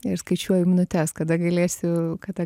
ir skaičiuoju minutes kada galėsiu kada